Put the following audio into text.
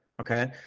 Okay